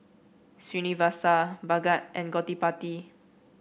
Srinivasa Bhagat and Gottipati